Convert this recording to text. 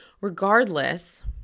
regardless